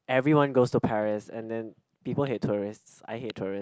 everyone goes to Paris and then people hate tourists I hate tourist